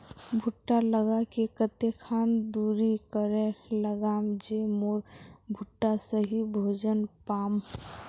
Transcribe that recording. भुट्टा लगा ले कते खान दूरी करे लगाम ज मोर भुट्टा सही भोजन पाम?